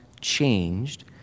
changed